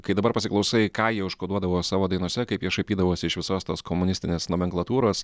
kai dabar pasiklausai ką jie užkoduodavo savo dainose kaip jie šaipydavosi iš visos tos komunistinės nomenklatūros